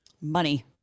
Money